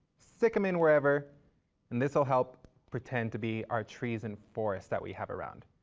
stick them in wherever and this'll help pretend to be our trees and forests that we have around.